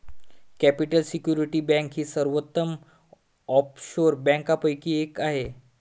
capital security bank ही सर्वोत्तम offshore बँकांपैकी एक आहे